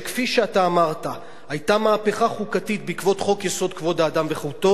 כפי שאתה אמרת שהיתה מהפכה חוקתית בעקבות חוק-יסוד: כבוד האדם וחירותו,